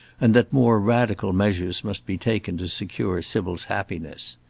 and that more radical measures must be taken to secure sybil's happiness.